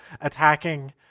attacking